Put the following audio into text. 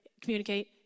Communicate